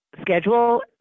schedule